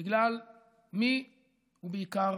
בגלל מי ובעיקר